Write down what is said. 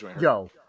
yo